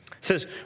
says